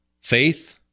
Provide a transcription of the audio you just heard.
faith